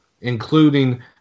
including